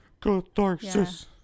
Catharsis